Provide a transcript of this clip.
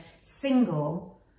single